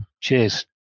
cheers